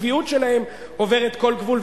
הצביעות שלהם עוברת כל גבול.